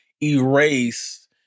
erase